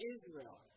Israel